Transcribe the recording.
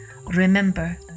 remember